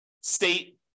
state